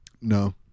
No